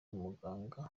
umuganga